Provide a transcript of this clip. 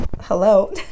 Hello